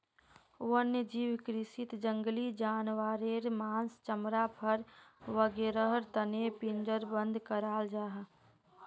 वन्यजीव कृषीत जंगली जानवारेर माँस, चमड़ा, फर वागैरहर तने पिंजरबद्ध कराल जाहा